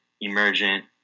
emergent